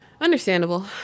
Understandable